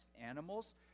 animals